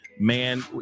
Man